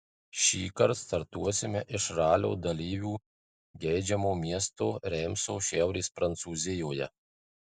šįkart startuosime iš ralio dalyvių geidžiamo miesto reimso šiaurės prancūzijoje